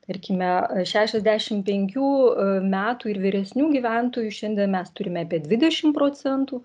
tarkime šešiasdešim penkių metų ir vyresnių gyventojų šiandien mes turime apie dvidešim procentų